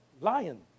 lion